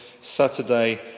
Saturday